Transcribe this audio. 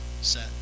set